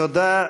תודה.